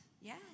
yes